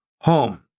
home